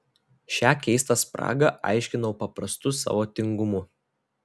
šią keistą spragą aiškinau paprastu savo tingumu